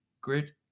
Grid